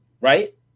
right